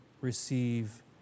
receive